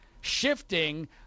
shifting